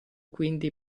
quindi